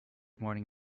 morning